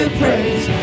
praise